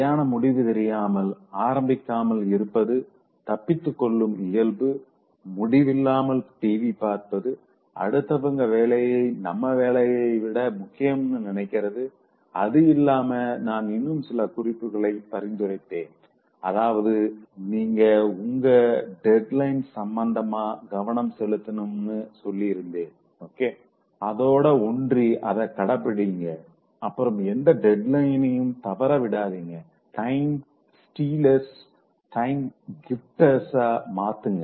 சரியான முடிவு தெரியாமல் ஆரம்பிக்காமல் இருப்பது தப்பித்துக் கொள்ளும் இயல்பு முடிவில்லாமல் டிவி பார்ப்பது அடுத்தவங்க வேலைய நம்ம வேலையை விட முக்கியம்னு நினைக்கிறது இது இல்லாம நான் இன்னும் சில குறிப்புகள பரிந்துரைத்தேன் அதாவது நீங்க உங்க டெட்லைன்ஸ் சம்பந்தமா கவனம் செலுத்தனும்னு சொல்லிருந்தேன் ஓகே அதோட ஒன்றி அத கடைபிடிங்க அப்புறம் எந்த டெட்லைனயும் தவறவிடாதிங்க டைம்ஸ் ஸ்டீலர்ஸ டைம் கிப்டர்ஸா மாத்துங்க